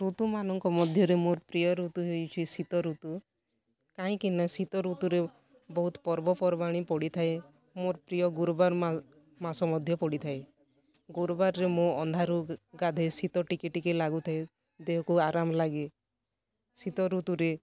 ଋତୁମାନଙ୍କ ମଧ୍ୟରେ ମୋର ପ୍ରିୟ ଋତୁ ହେଇଛି ଶୀତ ଋତୁ କାହିଁକିନା ଶୀତ ଋତୁରେ ବହୁତ୍ ପର୍ବପର୍ବାଣି ପଡ଼ିଥାଏ ମୋର ପ୍ରିୟ ଗୁରୁବାର ମାସ ମଧ୍ୟ ପଡ଼ିଥାଏ ଗୁରୁବାରରେ ମୁଁ ଅନ୍ଧାରୁ ଗାଧେ ଶୀତ ଟିକେ ଟିକେ ଲାଗୁଥାଏ ଦେହକୁ ଆରମ୍ ଲାଗେ ଶୀତ ଋତୁରେ